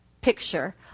picture